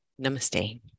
Namaste